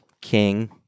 King